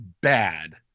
bad